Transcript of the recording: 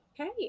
Okay